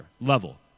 level